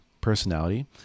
personality